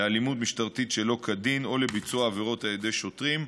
לאלימות משטרתית שלא כדין או לביצוע עבירות על ידי שוטרים,